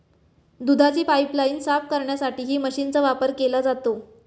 दुधाची पाइपलाइन साफ करण्यासाठीही मशीनचा वापर केला जातो